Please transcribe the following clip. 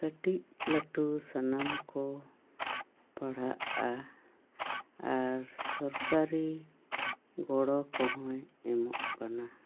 ᱠᱟᱹᱴᱤᱡ ᱞᱟᱹᱴᱤ ᱥᱟᱱᱟᱢ ᱠᱚ ᱯᱟᱲᱦᱟᱜᱼᱟ ᱟᱨ ᱥᱚᱨᱠᱟᱨᱤ ᱜᱚᱲᱚ ᱠᱚᱦᱚᱸᱭ ᱮᱢᱚᱜ ᱠᱟᱱᱟ